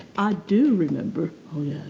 i do remember,